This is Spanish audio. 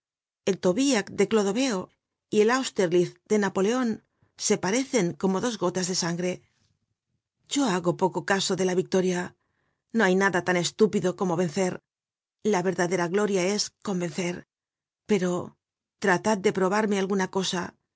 el tolbiac de clodoveo y el austerlitz de napoleon se parecen como dos gotas de sangre yo hago poco caso de la victoria no hay nada tan estúpido como vencer la verdadera gloria es convencer pero tratad de probarme alguna cosa